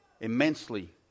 Immensely